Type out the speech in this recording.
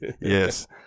Yes